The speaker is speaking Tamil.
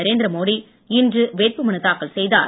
நரேந்திர மோடி இன்று வேட்பு மனு தாக்கல் செய்தார்